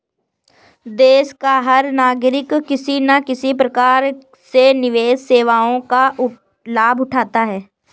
देश का हर नागरिक किसी न किसी प्रकार से निवेश सेवाओं का लाभ उठाता है